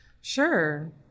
sure